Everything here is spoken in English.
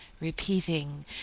repeating